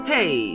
Hey